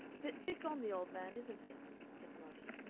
bit thick on the old man, isn't it? said roddy,